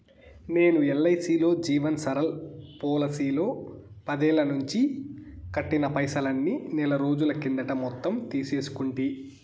నేను ఎల్ఐసీలో జీవన్ సరల్ పోలసీలో పదేల్లనించి కట్టిన పైసల్ని నెలరోజుల కిందట మొత్తం తీసేసుకుంటి